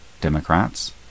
Democrats